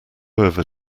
over